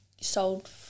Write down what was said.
sold